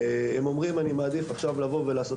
הם אומרים 'אני מעדיף עכשיו לבוא ולעשות